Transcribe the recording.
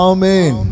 Amen